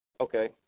Okay